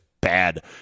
bad